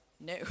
no